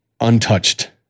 untouched